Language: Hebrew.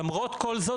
למרות כל זאת,